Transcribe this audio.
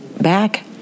back